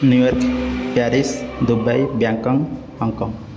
New York Paris Dubai Bangkok Hong Kong